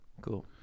Cool